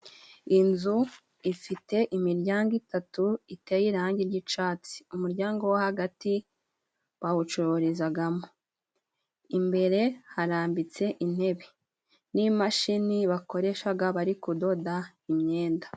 Inzu ifite imiryango itatu iteye irangi ry'icatsi umuryango wo hagati bawucururizagamo imbere harambitse intebe n'imashini bakoreshaga bari kudoda imyenda.